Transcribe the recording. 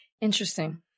Interesting